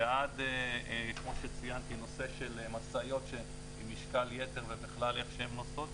ועד כמו שציינתי נושא של משאיות עם משקל יתר ובכלל איך שהן נוסעות,